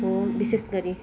हो विशेष गरी